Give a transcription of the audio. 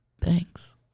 Thanks